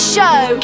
Show